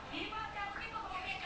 ya that's why